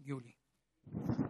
אדוני היושב-ראש,